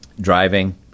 Driving